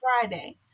friday